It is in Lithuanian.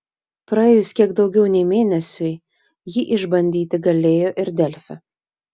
praėjus kiek daugiau nei mėnesiui jį išbandyti galėjo ir delfi